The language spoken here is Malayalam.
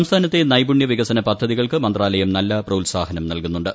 സംസ്ഥാനത്തെ നൈപുണൃ വികസന പദ്ധതികൾക്ക് മന്ത്രാലയം നല്ല പ്രോൽസാഹനം നൽകുന്നുണ്ട്